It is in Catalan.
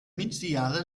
migdiada